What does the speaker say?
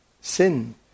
sin